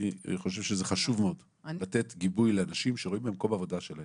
אני חושב שזה חשוב מאוד לתת גיבוי לאנשים שרואים במקום העבודה שלהם